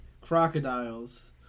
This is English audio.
Crocodiles